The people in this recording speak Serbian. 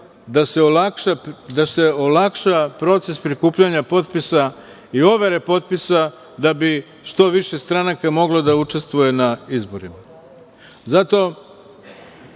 da se olakša proces prikupljanja potpisa i overe potpisa, da bi što više stranaka moglo da učestvuje na izborima.